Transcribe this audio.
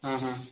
ହଁ ହଁ